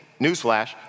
Newsflash